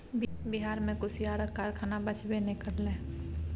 बिहार मे कुसियारक कारखाना बचबे नै करलै